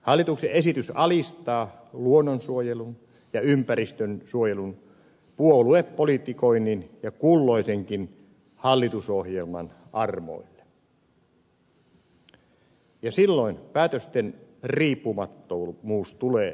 hallituksen esitys alistaa luonnonsuojelun ja ympäristönsuojelun puoluepolitikoinnin ja kulloisenkin hallitusohjelman armoille ja silloin päätösten riippumattomuus tulee vaarantumaan